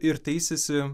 ir teisiasi